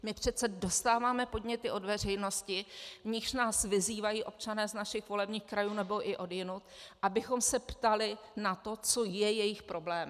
My přece dostáváme podněty od veřejnosti, v nichž nás vyzývají občané z našich volebních krajů nebo i odjinud, abychom se ptali na to, co je jejich problémem.